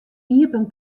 iepen